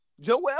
Joel